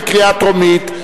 בקריאה טרומית.